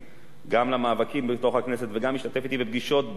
גם למאבקים בתוך הכנסת וגם השתתף אתי בפגישות בלילות